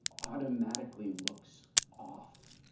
automatically looks off.